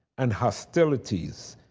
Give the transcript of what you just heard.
and hostilities,